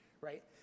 right